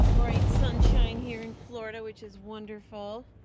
ah bright sunshine here in florida, which is wonderful.